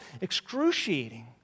excruciating